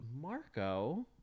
Marco